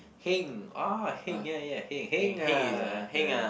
heng oh heng ya ya heng heng ah